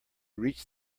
reach